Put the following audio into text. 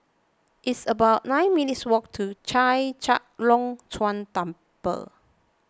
it's about nine minutes' walk to Chek Chai Long Chuen Temple